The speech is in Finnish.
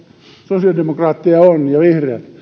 sosiaalidemokraatteja on ja vihreä